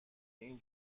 این